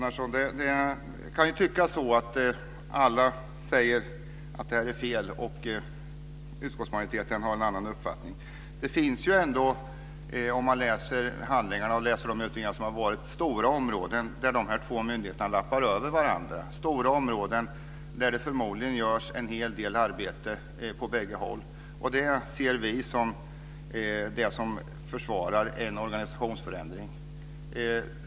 Fru talman! Det kan tyckas som att alla säger att det är fel, Rolf Gunnarsson, och att utskottsmajoriteten har en annan uppfattning. Det finns ändå, som man ser om man läser handlingarna och de utredningar som har varit, stora områden där dessa myndigheter överlappar varandra. Det är stora områden där det förmodligen görs en hel del arbete på bägge håll. Det ser vi som det som försvarar en organisationsförändring.